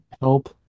help